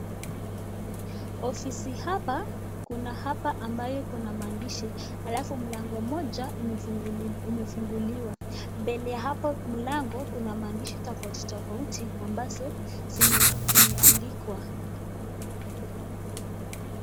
Ofisi hapa kuna hapa ambayo kuna maandishi alafu mlango moja imefunguliwa. Mbele ya hapo mlango kuna maandishi tofauti tofauti ambazo zime zimeandikwa.